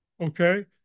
okay